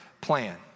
plan